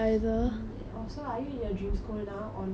mm so are you in your dream school now or not